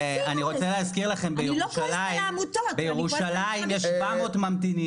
אני לא כועסת על העמותות אני כועסת על משרד